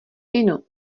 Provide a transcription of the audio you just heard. inu